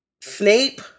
snape